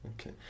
Okay